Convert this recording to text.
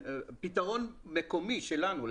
פתרון מקומי שלנו.